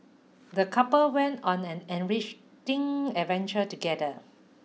the couple went on an enriching adventure together